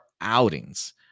outings